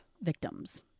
victims